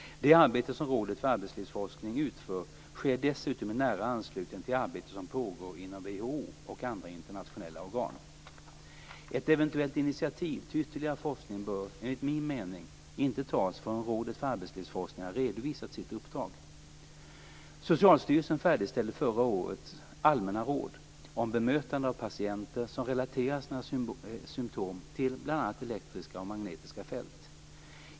Det arbete som Rådet för arbetslivsforskning utför sker dessutom i nära anslutning till arbete som pågår inom WHO och andra internationella organ. Ett eventuellt initiativ till ytterligare forskning bör, enligt min mening, inte tas förrän Rådet för arbetslivsforskning redovisat sitt uppdrag. Socialstyrelsen färdigställde förra året allmänna råd om bemötande av patienter som relaterar sina symtom till bl.a. elektriska och magnetiska fält.